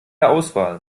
auswahl